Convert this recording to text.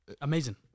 Amazing